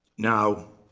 now,